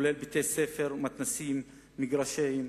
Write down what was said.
לרבות בתי-ספר, מתנ"סים, מגרשים,